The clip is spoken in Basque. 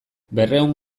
berrehun